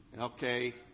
Okay